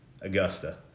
Augusta